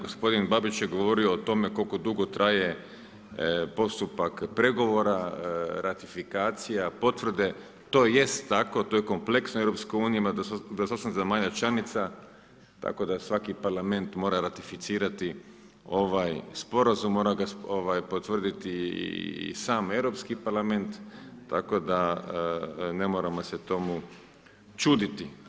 Gospodin Babić je govorio o tome, koliko dugo traje postupak pregovora, ratifikacija, potvrde, to jest tako, to je kompleksno EU, 28 zemalja članica, tako da svaki Parlament mora ratificirati ovaj sporazum, mora ga potvrditi i sam Europski parlament, tako da ne moramo se tomu čuditi.